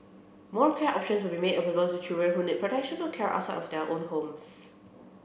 more care options will be made available to children who need protection or care outside of their own homes